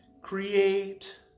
create